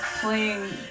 playing